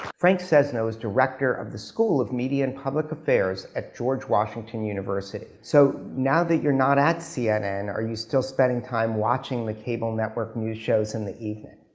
frank sesno is director of the school of media and public affairs at george washington university. so now, that you're not at cnn, are you still spending time watching the cable network news shows in the evening?